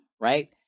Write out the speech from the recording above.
right